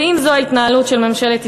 ואם זו ההתנהלות של ממשלת ישראל,